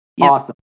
Awesome